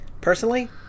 Personally